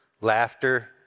laughter